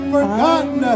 forgotten